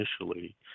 initially